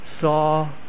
saw